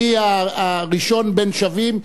אני הראשון בין שווים,